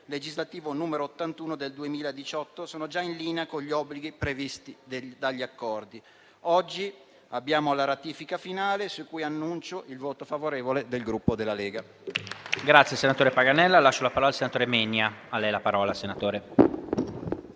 legislativo n. 81 del 2018 sono già in linea con gli obblighi previsti dagli accordi. Oggi è in esame la ratifica finale su cui annuncio il voto favorevole del Gruppo Lega